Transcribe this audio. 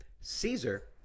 Caesar